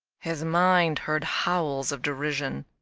his mind heard howls of derision.